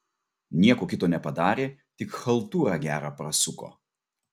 nieko kito nepadarė tik chaltūrą gerą prasuko